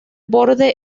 borde